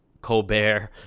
Colbert